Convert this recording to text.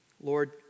Lord